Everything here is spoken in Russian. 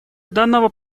данного